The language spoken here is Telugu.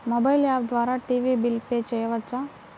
మొబైల్ యాప్ ద్వారా టీవీ బిల్ పే చేయవచ్చా?